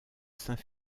saint